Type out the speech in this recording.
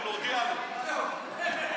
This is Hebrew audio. יש בעיה, אתה מפריע לה, והיא לא יכולה, אמסלם.